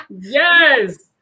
Yes